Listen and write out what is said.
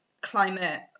climate